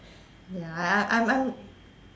ya I I I'm I'm